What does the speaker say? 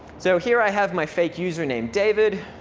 so here i have my fake username david.